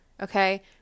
Okay